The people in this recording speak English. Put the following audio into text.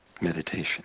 meditation